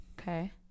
Okay